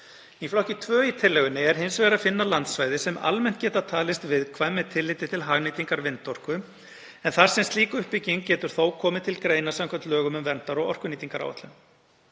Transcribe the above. Í flokki 2 í tillögunni er hins vegar að finna landsvæði sem almennt geta talist viðkvæm með tilliti til hagnýtingar vindorku, en þar sem slík uppbygging getur þó komið til greina samkvæmt lögum um verndar- og orkunýtingaráætlun.